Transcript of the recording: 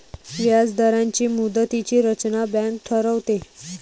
व्याजदरांची मुदतीची रचना बँक ठरवते